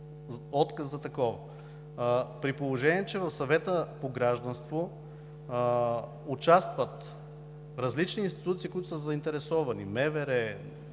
отказ за такова. При положение че в Съвета по гражданство участват различни институции, които са заинтересовани – МВР,